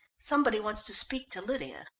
somebody wants to speak to lydia.